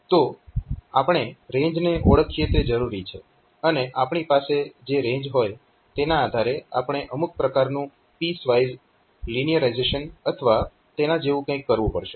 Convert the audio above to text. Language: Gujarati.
તો આપણે રેન્જ ને ઓળખીએ તે જરૂરી છે અને આપણી પાસે જે રેન્જ હોય તેના આધારે આપણે અમુક પ્રકારનું પીસ વાઈઝ લીનિયરાઈઝેશન અથવા તેના જેવું કંઈક કરવું પડશે